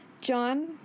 John